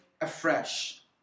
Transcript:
afresh